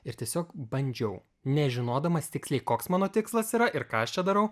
ir tiesiog bandžiau nežinodamas tiksliai koks mano tikslas yra ir ką aš čia darau